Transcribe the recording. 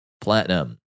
Platinum